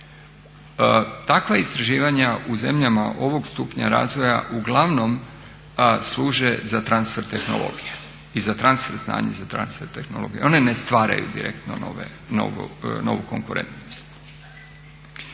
Takva istraživanja u zemljama ovog stupnja razvoja uglavnom služe za transfer tehnologije i za transfer znanja, za transfer tehnologije. One ne stvaraju direktno novu konkurentnost.